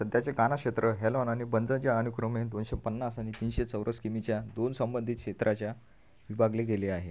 सध्याचे कान्हा क्षेत्र हॅलॉन आणि बंजर ज्या अनुक्रमे दोनशे पन्नास आणि तीनशे चौरस किमीच्या दोन संबंधित क्षेत्राच्या विभागले गेले आहे